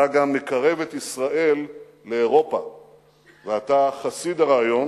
אתה גם מקרב את ישראל לאירופה ואתה חסיד הרעיון